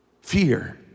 Fear